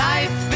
Life